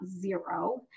zero